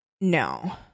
No